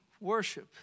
worship